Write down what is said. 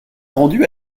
rendus